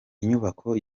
inyubako